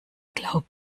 glaub